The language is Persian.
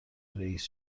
رئیس